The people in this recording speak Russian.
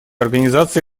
организации